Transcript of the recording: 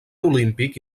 olímpic